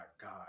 God